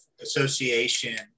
association